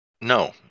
no